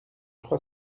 trois